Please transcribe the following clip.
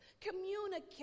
Communicate